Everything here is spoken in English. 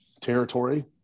territory